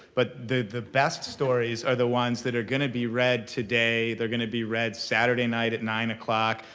but the best stories are the ones that are going to be read today. they're going to be read saturday night at nine o'clock.